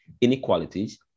inequalities